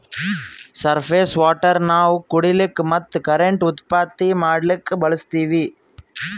surface water ನಾವ್ ಕುಡಿಲಿಕ್ಕ ಮತ್ತ್ ಕರೆಂಟ್ ಉತ್ಪತ್ತಿ ಮಾಡಕ್ಕಾ ಬಳಸ್ತೀವಿ